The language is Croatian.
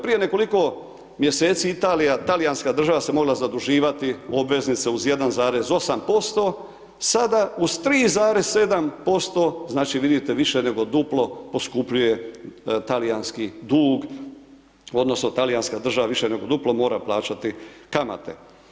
Prije nekoliko mjeseci Italija, talijanska država se mogla zaduživati obveznice uz 1,8% sada uz 3,7% znači vidite više nego duplo poskupljuje talijanski dug, odnosno, talijanska država više nego duplo mora plaćati kamate.